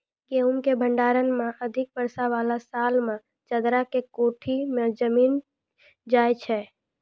गेहूँ के भंडारण मे अधिक वर्षा वाला साल मे चदरा के कोठी मे जमीन जाय छैय?